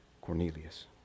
Cornelius